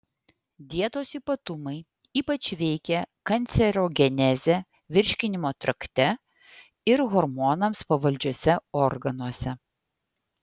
dietos ypatumai ypač veikia kancerogenezę virškinimo trakte ir hormonams pavaldžiuose organuose